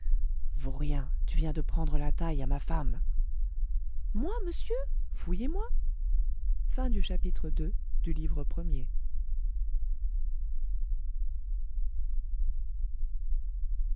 indigné vaurien tu viens de prendre la taille à ma femme moi monsieur fouillez moi chapitre iii